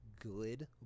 good